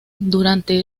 durante